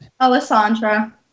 Alessandra